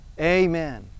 Amen